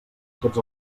tots